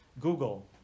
Google